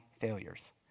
failures